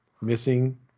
missing